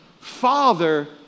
Father